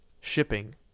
shipping